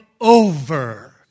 over